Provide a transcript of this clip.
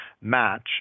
match